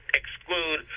exclude